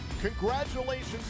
Congratulations